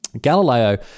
Galileo